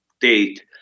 date